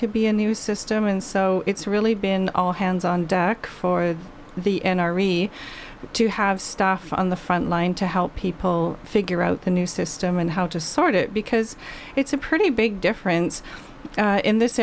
to be a new system and so it's really been all hands on deck for the n r e to have stuff on the front line to help people figure out the new system and how to sort it because it's a pretty big difference in this